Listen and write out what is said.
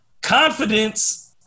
confidence